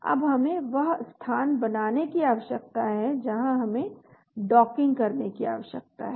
अब हमें वह स्थान बनाने की आवश्यकता है जहाँ हमें डॉकिंग करने की आवश्यकता है